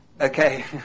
Okay